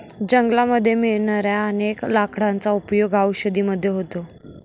जंगलामध्ये मिळणाऱ्या अनेक लाकडांचा उपयोग औषधी मध्ये होतो